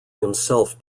himself